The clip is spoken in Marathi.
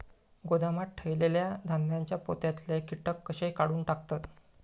गोदामात ठेयलेल्या धान्यांच्या पोत्यातले कीटक कशे काढून टाकतत?